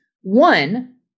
One